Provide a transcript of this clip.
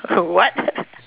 what